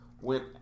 went